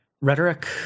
rhetoric